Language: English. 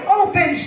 open